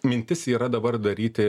mintis yra dabar daryti